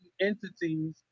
entities